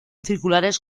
circulares